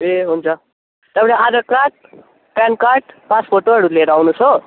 ए हुन्छ एउटा Aadhaar card PAN card पासफोटोहरू लिएर आउनुहोस् हो